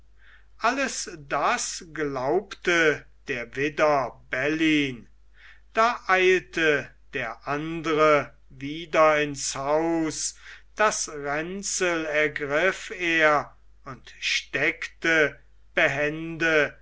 alles das glaubte der widder bellyn da eilte der andre wieder ins haus das ränzel ergriff er und steckte behende